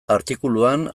artikuluan